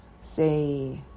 say